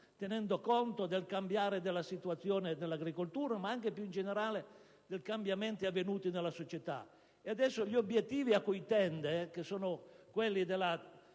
tenendo conto del cambiare della situazione e dell'agricoltura, ma anche più in generale dei cambiamenti avvenuti nella società. Adesso gli obiettivi cui tende, quelli della